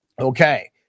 Okay